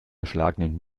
erschlagenen